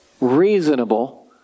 reasonable